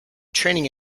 training